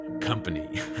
company